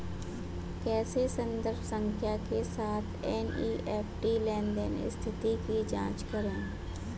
कैसे संदर्भ संख्या के साथ एन.ई.एफ.टी लेनदेन स्थिति की जांच करें?